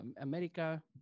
America